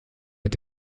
mit